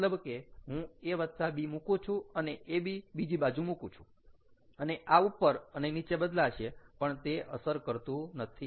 મતલબ કે હું A B મુકું છું અને AB બીજી બાજુ મુકું છું અને આ ઉપર અને નીચે બદલાશે પણ એ અસર કરતું નથી